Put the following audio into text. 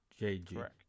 JG